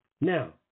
Now